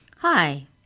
Hi